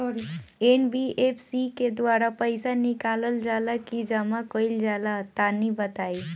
NBFC के द्वारा पईसा निकालल जला की जमा कइल जला तनि बताई?